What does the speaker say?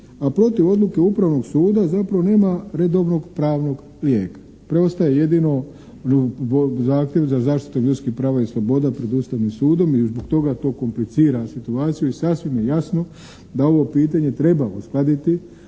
a protiv odluke upravnog suda zapravo nema redovnog pravnog lijeka, preostaje jedino zahtjev za zaštitu ljudskih prava i sloboda pred Ustavnim sudom i zbog toga to komplicira situaciju i sasvim je jasno da ovo pitanje treba uskladiti